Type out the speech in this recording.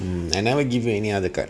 mm I never giving you any other card